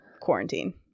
quarantine